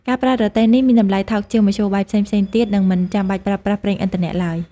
ការប្រើរទេះនេះមានតម្លៃថោកជាងមធ្យោបាយផ្សេងៗទៀត និងមិនចាំបាច់ប្រើប្រាស់ប្រេងឥន្ធនៈឡើយ។